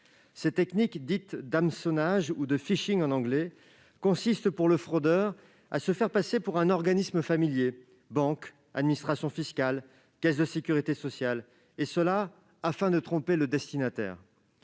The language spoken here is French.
Ces techniques dites d'hameçonnage ou, en anglais, de consistent, pour le fraudeur, à se faire passer pour un organisme familier- banque, administration fiscale, caisse de sécurité sociale -afin de tromper le destinataire.